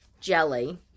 jelly